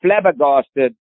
flabbergasted